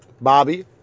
Bobby